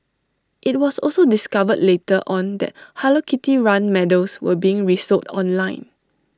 IT was also discovered later on that hello kitty run medals were being resold online